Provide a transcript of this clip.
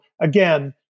again